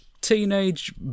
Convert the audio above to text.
teenage